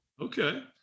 Okay